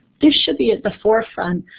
this should be at the forefront.